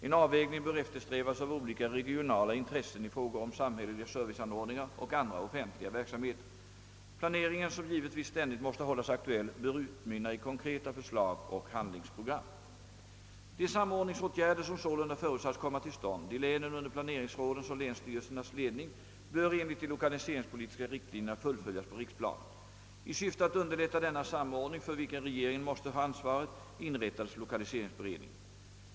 En avvägning bör eftersträvas av olika regionala intressen i frågor om samhälleliga serviceanordningar och andra offentliga verksamheter. Planeringen, som givetvis ständigt måste hållas aktuell, bör utmynna i konkreta förslag och handlingsprogram.» De samordningsåtgärder som sålunda förutsatts komma till stånd i länen under planeringsrådens och länsstyrelsens ledning bör enligt de lokaliseringspolitiska riktlinjerna fullföljas på riksplanet. I syfte att underlätta denna samordning för vilken regeringen måste ha ansvaret, inrättades lokaliseringsberedningen.